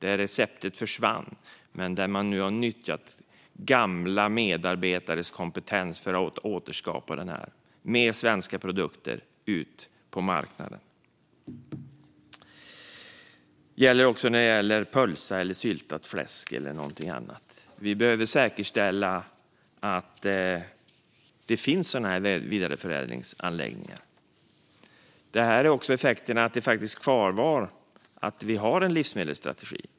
Det receptet försvann, men nu har man nyttjat gamla medarbetares kompetens för att återskapa den med svenska produkter och få ut den på marknaden. Det gäller också pölsa, syltat fläsk och annat. Vi behöver säkerställa att det finns sådana vidareförädlingsanläggningar. Det här är också effekten av att vi har en livsmedelsstrategi.